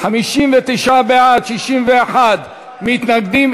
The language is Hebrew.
59 בעד, 61 מתנגדים.